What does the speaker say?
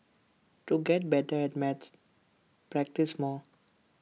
to get better at maths practise more